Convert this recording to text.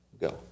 Go